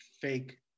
fake